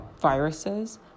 viruses